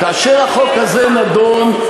כאשר החוק הזה נדון,